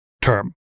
term